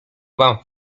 mam